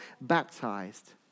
baptized